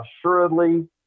assuredly